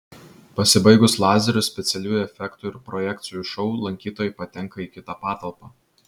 pasibaigus lazerių specialiųjų efektų ir projekcijų šou lankytojai patenka į kitą patalpą